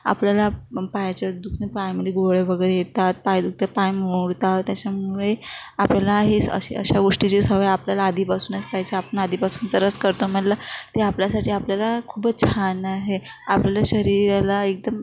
आपल्याला पायाच्या दुखणे पायामध्ये गोळे वगैरे येतात पाय दुखता पाय मोडतात त्याच्यामुळे आपल्याला हेच अशी अशा गोष्टीची सवय आपल्याला आधीपासूनच पाहिजे आपण आधीपासून जर रस करतो म्हटला ते आपल्यासाठी आपल्याला खूपच छान आहे आपल्या शरीराला एकदम